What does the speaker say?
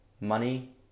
money